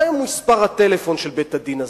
מהו מספר הטלפון של בית-הדין הזה,